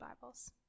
Bibles